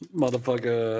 motherfucker